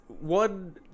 one